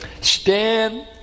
Stand